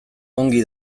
ongi